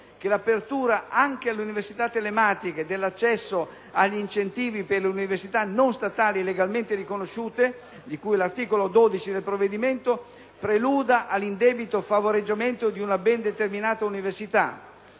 che l'apertura anche alle università telematiche dell'accesso agli incentivi per le università non statali legalmente riconosciute (di cui all'articolo 12 del provvedimento), preluda all'indebito favoreggiamento di una ben determinata università.